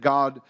God